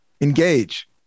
engage